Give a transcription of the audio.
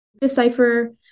decipher